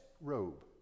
robe